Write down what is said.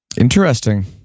Interesting